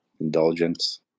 indulgence